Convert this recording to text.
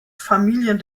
familien